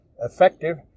effective